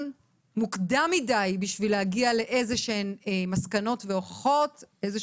מוקדם מדי בשביל להגיע למסקנות והוכחות כדי